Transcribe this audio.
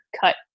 cut